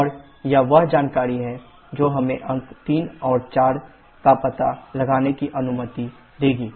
और यह वह जानकारी है जो हमें अंक 3 और 4 का पता लगाने की अनुमति देगी